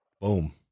Boom